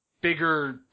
bigger